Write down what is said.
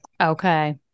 Okay